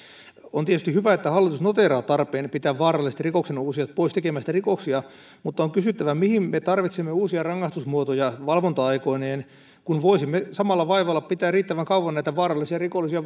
on tietysti hyvä että hallitus noteeraa tarpeen pitää vaaralliset rikoksen uusijat pois tekemästä rikoksia mutta on kysyttävä mihin me tarvitsemme uusia rangaistusmuotoja valvonta aikoineen kun voisimme samalla vaivalla pitää näitä vaarallisia rikollisia